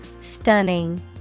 Stunning